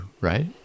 right